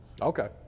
Okay